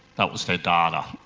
that was their data.